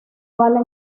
bala